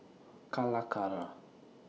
Calacara